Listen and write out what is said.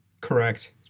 Correct